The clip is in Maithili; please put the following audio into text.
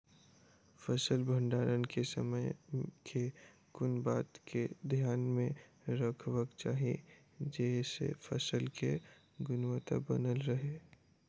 फसल भण्डारण केँ समय केँ कुन बात कऽ ध्यान मे रखबाक चाहि जयसँ फसल केँ गुणवता बनल रहै?